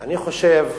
אני חושב,